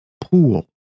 pool